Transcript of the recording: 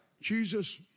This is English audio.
Jesus